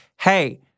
hey